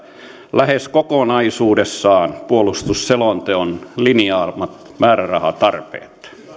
lähes kokonaisuudessaan puolustusselonteon linjaamat määrärahatarpeet